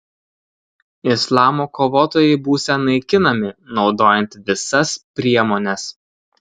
islamo kovotojai būsią naikinami naudojant visas priemones